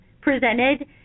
presented